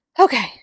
Okay